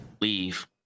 leave